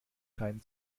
keinen